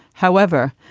however,